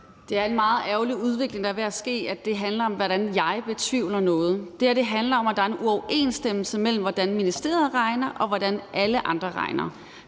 Det er en meget ærgerlig udvikling, der er ved at ske, hvor det handler om, hvordan jeg betvivler noget. Det her handler om, at der er en uoverensstemmelse mellem, hvordan ministeriet regner, og hvordan alle andre regner.